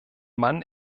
man